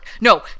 No